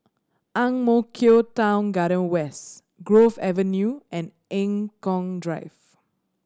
Ang Mo Kio Town Garden West Grove Avenue and Eng Kong Drive